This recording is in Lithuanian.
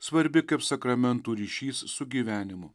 svarbi kaip sakramentų ryšys su gyvenimu